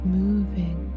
moving